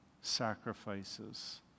sacrifices